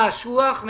אשוח מעיריית תל אביב,